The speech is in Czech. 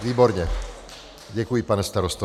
Výborně, děkuji, pane starosto.